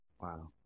Wow